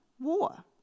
war